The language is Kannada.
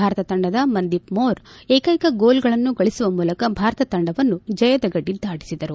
ಭಾರತ ತಂಡದ ಮಂದೀಪ್ ಮೊರ್ ಏಕೈಕ ಗೋಲ್ಗಳನ್ನು ಗಳಿಸುವ ಮೂಲಕ ಭಾರತ ತಂಡವನ್ನು ಜಯದ ಗಡಿ ದಾಟಿಸಿದರು